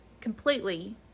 completely